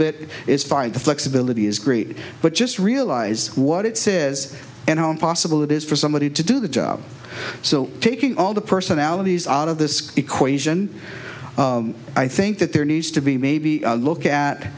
bit is find the flexibility is great but just realize what it says and how impossible it is for somebody to do the job so taking all the personalities out of this equation i think that there needs to be maybe